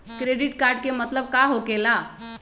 Credit card के मतलब का होकेला?